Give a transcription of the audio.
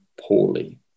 poorly